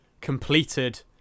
completed